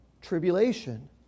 tribulation